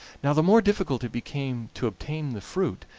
now the more difficult it became to obtain the fruit,